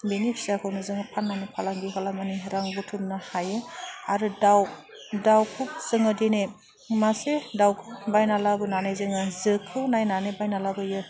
बिनि फिसाखौनो जोङो फाननानै फालांगि खालामनानै रां बुथुमनो हायो आरो दाउ दाउखौ जोङो दिनै मासे दाउखौ बायना लाबोनानै जोङो जोखौ नायनानै बायना लाबोयो